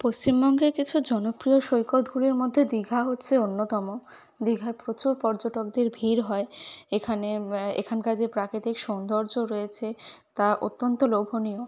পশ্চিমবঙ্গের কিছু জনপ্রিয় সৈকতগুলির মধ্যে দীঘা হচ্ছে অন্যতম দীঘায় প্রচুর পর্যটকদের ভিড় হয় এখানে এখানকার যে প্রাকৃতিক সৌন্দর্য রয়েছে তা অত্যন্ত লোভনীয়